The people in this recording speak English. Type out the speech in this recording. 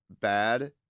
bad